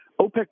OPEC